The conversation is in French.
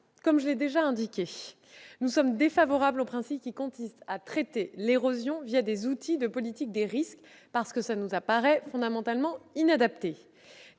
Comme je l'ai déjà indiqué, le Gouvernement est défavorable au principe qui consiste à traiter l'érosion des outils de politique des risques. Cela nous apparaît fondamentalement inadapté.